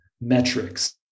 metrics